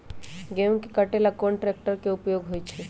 गेंहू के कटे ला कोंन ट्रेक्टर के उपयोग होइ छई?